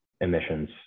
emissions